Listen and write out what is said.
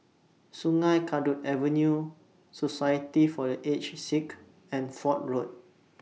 Sungei Kadut Avenue Society For The Aged Sick and Fort Road